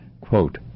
Quote